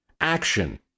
action